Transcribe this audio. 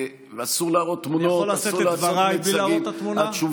אסור להראות תמונות, אסור לעשות מיצגים.